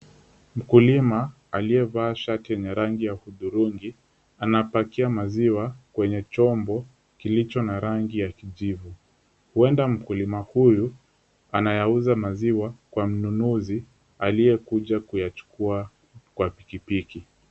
Mkulima aliyevaa shati yenye rangi ya hudhurungi anapakia maziwa kwenye chombo kilicho na rangi ya kijivu. Huenda mkulima huyu anayauza maziwa kwa mnunuzi aliyekuja kuyachukua kwa pikipiki.